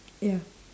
ya